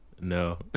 no